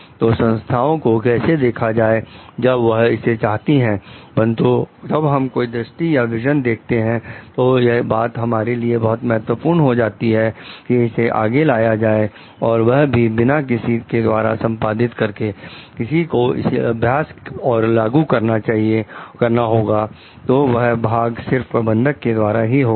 तो संस्थाओं को कैसे देखा जाए जब वह इसे चाहती हैं परंतु जब हम कोई दृष्टि या विजन देखते हैं तो यह बात हमारे लिए बहुत महत्वपूर्ण हो जाती है कि इसे आगे लाया जाए और वह भी बिना किसी के द्वारा संपादित करके किसी को इसे अभ्यास और लागू करना होगा तो वह भाग सिर्फ प्रबंधक के द्वारा ही होगा